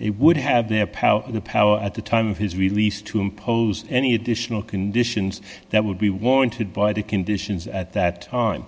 it would have their power the power at the time of his release to impose any additional conditions that would be warranted by the conditions at that time